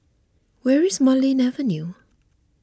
where is Marlene Avenue